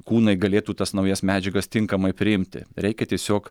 kūnai galėtų tas naujas medžiagas tinkamai priimti reikia tiesiog